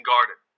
Garden